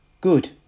Good